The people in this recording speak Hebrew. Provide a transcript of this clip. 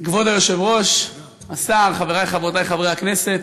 כבוד היושב-ראש, השר, חברי וחברותי חברי הכנסת,